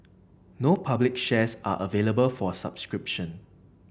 no public shares are available for subscription